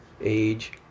age